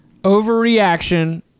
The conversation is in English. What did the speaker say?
Overreaction